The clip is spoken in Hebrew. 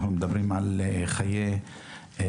אנחנו מדברים על חיי אדם,